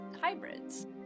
hybrids